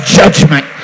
judgment